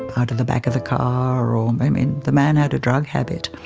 out of the back of the car or, i mean the man had a drug habit.